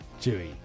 chewy